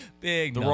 Big